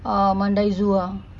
uh mandai zoo ah